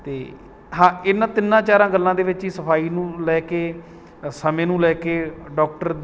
ਅਤੇ ਹਾਂ ਇਨ੍ਹਾਂ ਤਿੰਨਾਂ ਚਾਰਾਂ ਗੱਲਾਂ ਦੇ ਵਿੱਚ ਹੀ ਸਫ਼ਾਈ ਨੂੰ ਲੈ ਕੇ ਸਮੇਂ ਨੂੰ ਲੈ ਕੇ ਡੋਕਟਰ